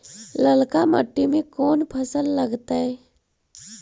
ललका मट्टी में कोन फ़सल लगतै?